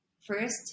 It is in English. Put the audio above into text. first